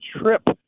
trip